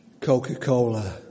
Coca-Cola